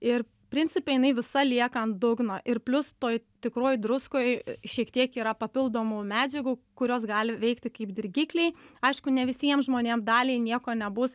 ir principe jinai visa lieka ant dugno ir plius toj tikroj druskoj šiek tiek yra papildomų medžiagų kurios gali veikti kaip dirgikliai aišku ne visiems žmonėm daliai nieko nebus